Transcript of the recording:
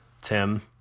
tim